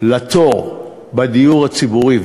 בתור לדיור הציבורי,